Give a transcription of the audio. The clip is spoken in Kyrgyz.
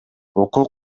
окуу